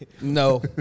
No